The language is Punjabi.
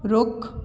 ਰੁੱਖ